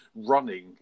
running